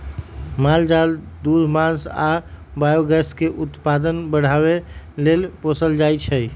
माल जाल दूध मास आ बायोगैस के उत्पादन बढ़ाबे लेल पोसल जाइ छै